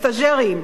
סטאז'רים.